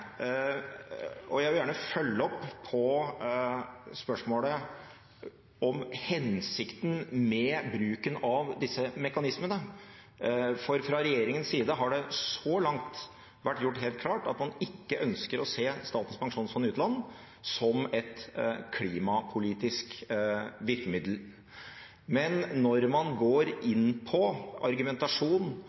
og vi har uttrekksmekanismer. Jeg vil gjerne følge opp på spørsmålet om hensikten med bruken av disse mekanismene, for fra regjeringens side har det så langt vært gjort helt klart at man ikke ønsker å se Statens pensjonsfond utland som et klimapolitisk virkemiddel. Men når man går inn på